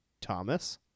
Thomas